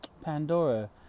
Pandora